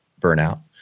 burnout